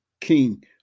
King